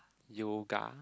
yoga